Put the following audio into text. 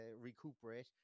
recuperate